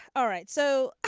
all right. so